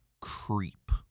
Creep